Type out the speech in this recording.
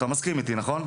אתה מסכים איתי, נכון?